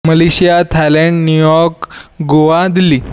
Malaysia Thailand New York Goa Delhi